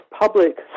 public